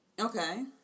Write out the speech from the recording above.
Okay